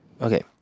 Okay